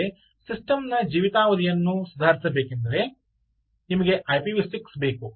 ಆದರೆ ಸಿಸ್ಟಮ್ ನ ಜೀವಿತಾವಧಿಯನ್ನು ಸುಧಾರಿಸಬೇಕೆಂದರೆ ನಿಮಗೆ ಐಪಿವಿ 6 ಬೇಕು